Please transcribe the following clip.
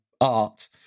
art